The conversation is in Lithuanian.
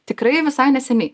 tikrai visai neseniai